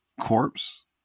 corpse